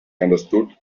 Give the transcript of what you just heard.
understood